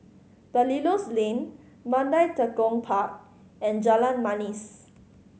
Belilios Lane Mandai Tekong Park and Jalan Manis